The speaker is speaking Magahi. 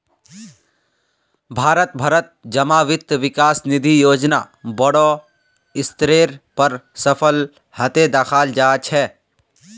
भारत भरत जमा वित्त विकास निधि योजना बोडो स्तरेर पर सफल हते दखाल जा छे